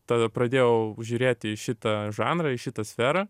tada pradėjau žiūrėti į šitą žanrą į šitą sferą